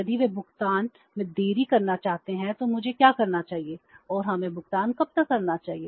यदि वे भुगतान में देरी करना चाहते हैं तो मुझे क्या करना चाहिए और हमें भुगतान कब तक करना चाहिए